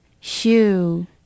shoe